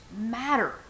matter